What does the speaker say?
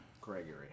Gregory